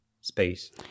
space